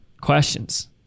questions